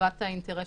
לטובת האינטרס